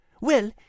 Well